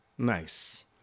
Nice